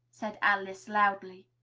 said alice loudly.